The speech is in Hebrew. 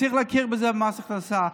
וצריך להכיר בזה במס הכנסה.